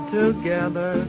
together